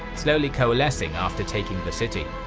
slowly coalescing after taking the city.